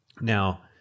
Now